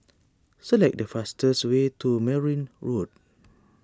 select the fastest way to Merryn Road